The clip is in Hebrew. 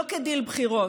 לא כדיל בחירות,